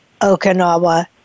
Okinawa